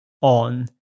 on